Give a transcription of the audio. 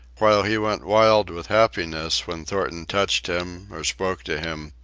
while he went wild with happiness when thornton touched him or spoke to him,